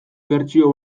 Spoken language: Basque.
bertsio